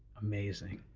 amazing.